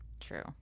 True